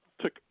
took